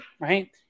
right